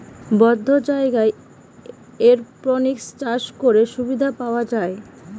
বদ্ধ জায়গায় এরপনিক্স চাষ করে সুবিধা পাওয়া যায়